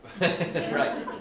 Right